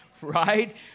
right